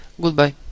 Goodbye